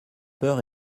peur